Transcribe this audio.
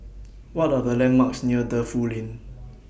What Are The landmarks near Defu Lane